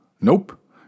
Nope